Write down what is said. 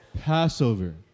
Passover